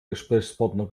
gesprächspartner